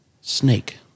Snake